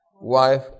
wife